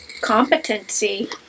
competency